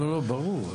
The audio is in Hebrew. לא, ברור.